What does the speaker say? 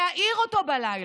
להעיר אותו בלילה.